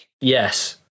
Yes